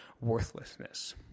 worthlessness